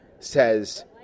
Says